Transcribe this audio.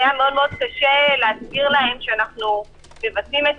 היה קשה מאוד להסביר להם שאנחנו מבצעים את